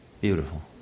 beautiful